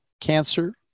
cancer